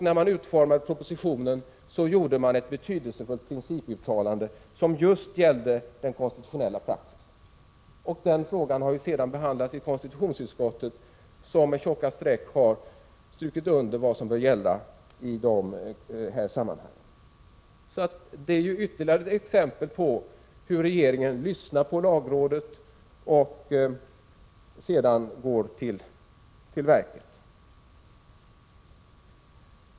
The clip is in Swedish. När man utformade propositionen gjorde man ett betydelsefullt principuttalande, som just gällde den konstitutionella praxisen. Frågan har sedan behandlats av KU, som med tjocka streck strukit under vad som bör gälla i dessa sammanhang. Det är ytterligare ett exempel på hur regeringen lyssnar på lagrådet och sedan går till verket.